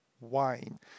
wine